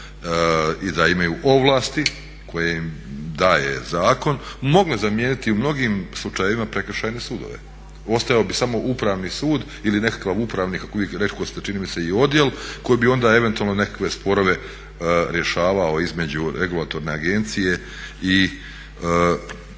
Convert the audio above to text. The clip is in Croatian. i da imaju ovlasti koje im daje zakon mogle zamijeniti u mnogim slučajevima prekršajne sudove. Ostao bi samo Upravni sud ili nekakav upravni kako vi rekoste čini mi se i odjel koji bi onda eventualno nekakve sporove rješavao između regulatorne agencije i stranke